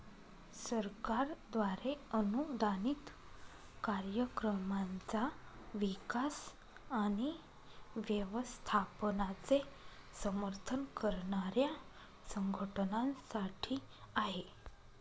सरकारद्वारे अनुदानित कार्यक्रमांचा विकास आणि व्यवस्थापनाचे समर्थन करणाऱ्या संघटनांसाठी आहे